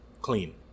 clean